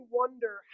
wonder